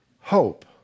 hope